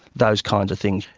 those kinds of things.